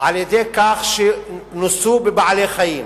על-ידי כך שהם נוסו על בעלי-חיים.